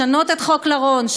לשנות את חוק לרון,